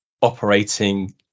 operating